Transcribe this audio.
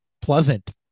pleasant